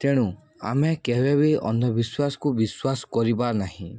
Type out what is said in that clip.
ତେଣୁ ଆମେ କେବେ ବି ଅନ୍ଧବିଶ୍ୱାସକୁ ବିଶ୍ୱାସ କରିବା ନାହିଁ